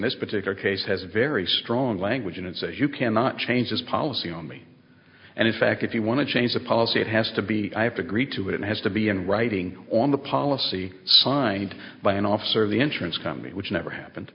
this particular case has very strong language in it says you cannot change its policy on me and in fact if you want to change the policy it has to be i have to agree to it it has to be in writing on the policy signed by an officer of the entrance company which never happened